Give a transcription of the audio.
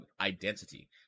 identity